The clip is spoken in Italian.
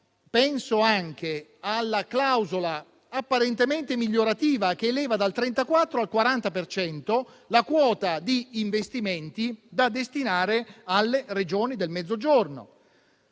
penso anche alla clausola, apparentemente migliorativa, che eleva dal 34 al 40 per cento la quota di investimenti da destinare alle Regioni del Mezzogiorno;